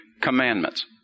commandments